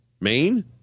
Maine